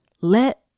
Let